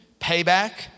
payback